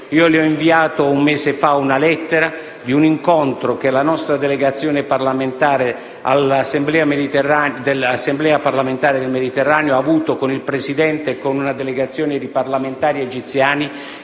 fa le ho inviato una lettera su di un incontro che la nostra delegazione all'Assemblea parlamentare del Mediterraneo ha avuto con il Presidente e una delegazione di parlamentari egiziani,